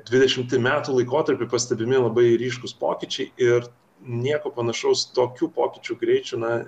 dvidešimtį metų laikotarpį pastebimi labai ryškūs pokyčiai ir nieko panašaus tokių pokyčių greičių na